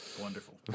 Wonderful